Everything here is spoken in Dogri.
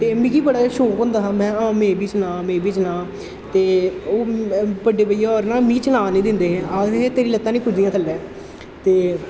ते मिगी बड़ा शौक होंदा हा में हां में बी चलांऽ में बी चलांऽ ते ओह् बड्डे भइया होर ना मी चलान निं दिंदे हे आखदे हे तेरी ल'त्तां निं पुजदियां थल्लै ते